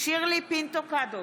שירלי פינטו קדוש,